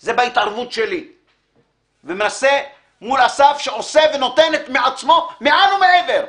זה בהתערבות שלי מול אסף שעושה ונותן מעצמו מעל ומעבר.